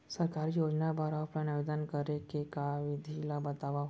सरकारी योजना बर ऑफलाइन आवेदन करे के विधि ला बतावव